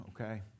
okay